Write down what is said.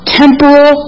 temporal